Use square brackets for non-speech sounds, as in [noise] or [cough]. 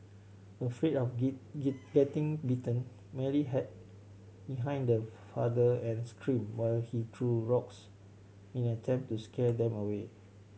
afraid of [unintelligible] getting bitten Mary hid behind [unintelligible] father and screamed while he threw rocks in an attempt to scare them away